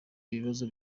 ibibazo